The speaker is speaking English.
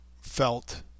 felt